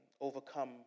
overcome